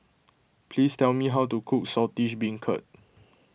please tell me how to cook Saltish Beancurd